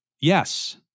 Yes